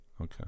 Okay